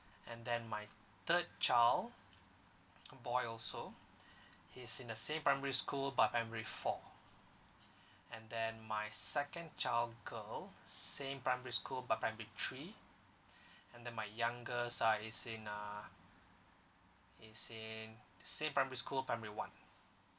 and then my third child boy also he's in the same primary school but primary four and then my second child girl same primary school but primary three and then my youngest uh is in uh he's in the same primary school primary one